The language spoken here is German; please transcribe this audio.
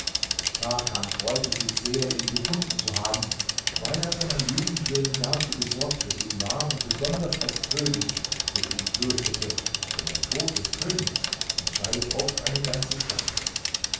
scharkan freute sich sehr ihn gefunden zu haben weil er seiner jugend willen gar zu besorgt für ihn war und besonders als könig für ihn fürchtete denn der tod des königs entscheidet oft eine ganze schlacht